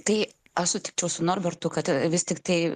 tai aš sutikčiau su norbertu kad vis tiktai